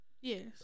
Yes